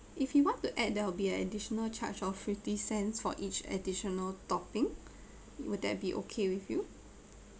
if you want to add there will be a additional charge of fifty cents for each additional topping will that be okay with you